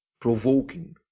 provoking